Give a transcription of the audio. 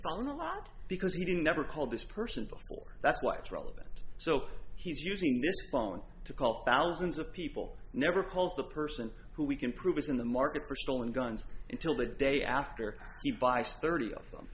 phone a lot because he didn't never called this person before that's why it's relevant so he's using their phones to call thousands of people never calls the person who we can prove is in the market for stolen guns until the day after the vice thirty of them